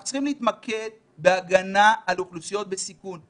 אנחנו צריכים להתמקד בהגנה על אוכלוסיות בסיכון,